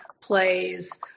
plays